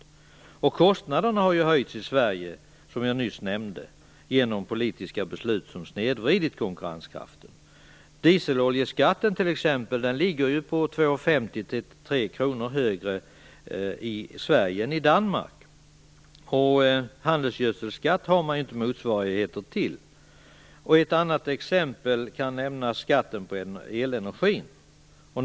Som jag nyss nämnde har kostnaderna också höjts i Sverige genom de politiska beslut som snedvridit konkurrenskraften. Dieseloljeskatten ligger exempelvis 2,50-3 kr högre i Sverige än i Danmark. Handelsgödselskatt finns det ingen motsvarighet till där. Som ett annat exempel kan nämnas skatten på elenergi.